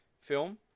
film